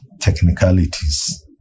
technicalities